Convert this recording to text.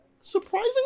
surprisingly